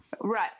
Right